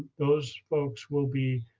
those folks will be